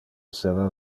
esseva